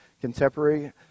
contemporary